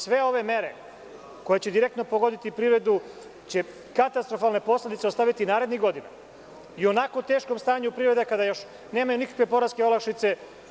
Sve ove mere koje će direktno pogoditi privredu će katastrofalne posledice ostaviti narednih godina, i u onako teškom stanju privrede kada još nemaju nikakve poreske olakšice.